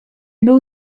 był